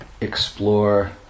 explore